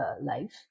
life